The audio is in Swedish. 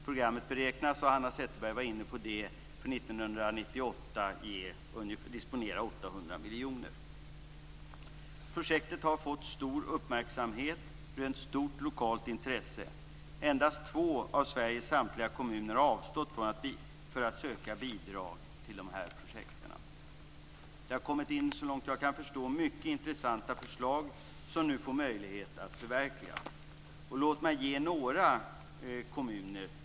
Programmet beräknas för 1998 disponera ungefär 800 miljoner. Hanna Zetterberg var inne på det. Projektet har fått stor uppmärksamhet och rönt stort lokalt intresse. Endast två av Sveriges samtliga kommuner har avstått från att söka bidrag till projekt. Det har såvitt jag kan förstå kommit in mycket intressanta förslag som man nu får möjlighet att förverkliga. Låt mig ge några exempel.